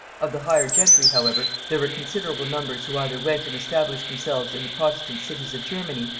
of the higher gentry, however, there were considerable numbers who either went and established themselves in the protestant cities of germany,